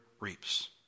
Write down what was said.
reaps